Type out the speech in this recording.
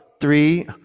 three